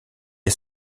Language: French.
est